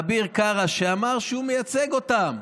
ואביר קארה, שאמר שהוא מייצג אותם,